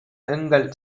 எங்க